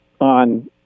on